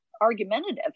argumentative